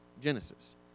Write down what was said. Genesis